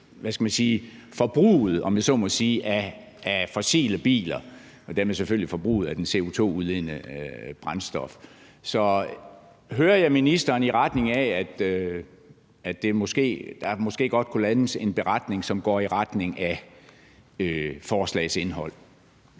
at dæmpe forbruget, om jeg så må sige, af fossile biler og dermed forbruget af CO2-udledende brændstof. Hører jeg ministeren sige noget i retning af, at der måske godt kunne landes en beretning, som går i retning af forslagets indhold?